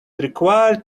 required